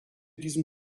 diesen